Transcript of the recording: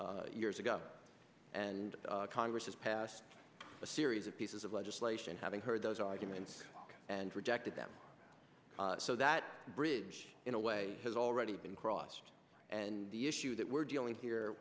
made years ago and congress has passed a series of pieces of legislation having heard those arguments and rejected them so that bridge in a way has already been crossed and the issue that we're dealing here